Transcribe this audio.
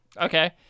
Okay